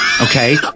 okay